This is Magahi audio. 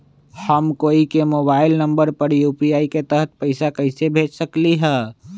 हम कोई के मोबाइल नंबर पर यू.पी.आई के तहत पईसा कईसे भेज सकली ह?